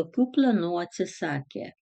tokių planų atsisakė